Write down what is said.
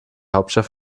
hauptstadt